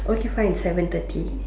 okay fine seven thirty